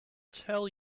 tell